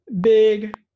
big